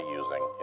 using